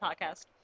podcast